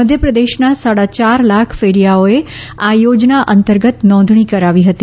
મઘ્યપ્રદેશનાં સાડા ચાર લાખ ફેરીયાઓએ આ યોજના અંતર્ગત નોંધાણી કરાવી હતી